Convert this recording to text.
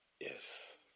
yes